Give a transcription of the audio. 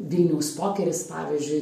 vilniaus pokeris pavyzdžiui